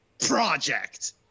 Project